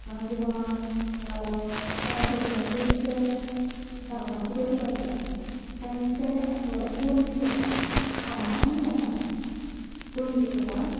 किंवां भुरग्यांचे जे दातांचे दोतोर आसात ते ते आठवड्यान दोन दीस येतात सोमार आनी शेनवार दोन दीस आसा